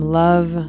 love